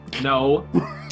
No